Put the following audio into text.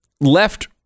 left